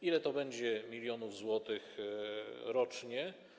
Ile to będzie milionów złotych rocznie?